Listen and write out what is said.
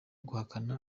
guhakana